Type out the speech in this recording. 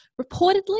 reportedly